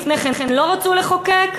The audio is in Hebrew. לפני כן לא רצו לחוקק?